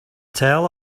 tell